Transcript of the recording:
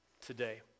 today